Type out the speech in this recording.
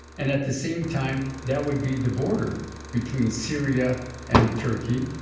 and at the same time that would be the border between syria and turkey,